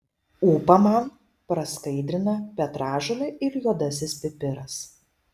ūpą man praskaidrina petražolė ir juodasis pipiras